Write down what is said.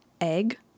egg